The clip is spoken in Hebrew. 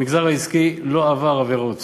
המגזר העסקי לא עבר עבירות.